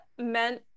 meant